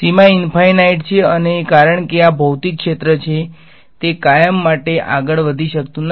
સીમા infinite છે અને કારણ કે આ ભૌતિક ક્ષેત્ર છે તે કાયમ માટે આગળ વધી શકતું નથી